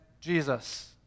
Jesus